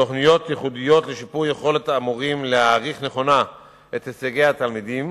תוכניות ייחודיות לשיפור יכולת המורים להעריך נכונה את הישגי התלמידים